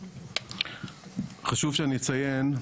חשוב שאני אציין,